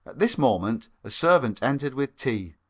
this moment a servant entered with tea,